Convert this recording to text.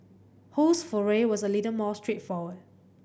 Ho's foray was a little more straightforward